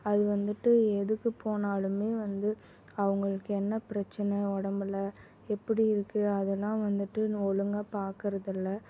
அது வந்துட்டு எதுக்கு போனாலும் வந்து அவங்களுக்கு என்ன பிரச்சனை உடம்புல எப்படி இருக்குது அதல்லாம் வந்துட்டு ஒழுங்கா பாக்கிறதில்ல